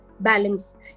balance